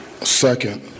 Second